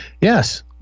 Yes